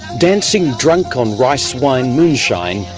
dancing drunk on rice wine moonshine,